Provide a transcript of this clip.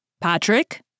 Patrick